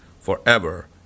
forever